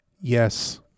yes